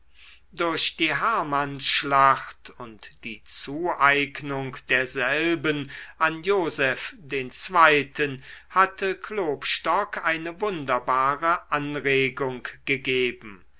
durch die hermannsschlacht und die zueignung derselben an joseph den zweiten hatte klopstock eine wunderbare anregung gegeben